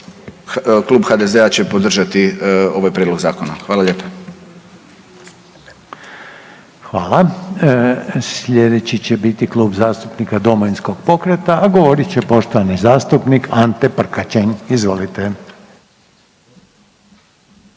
Klub HDZ-a će podržati ovaj prijedlog zakona. Hvala lijepa. ./. **Reiner, Željko (HDZ)** Hvala. Sljedeći će biti Klub zastupnika Domovinskog pokreta, a govorit će poštovani zastupnik Ante Prkačin. Izvolite.